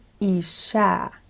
isha